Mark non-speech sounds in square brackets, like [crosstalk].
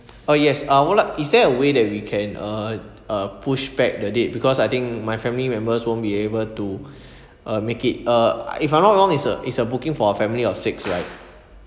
oh yes I would like is there a way that we can uh uh push back the date because I think my family members won't be able to [breath] uh make it uh if I'm not wrong is a is a booking for a family of six right